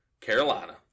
Carolina